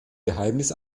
geheimnis